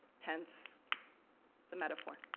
hence the metaphor.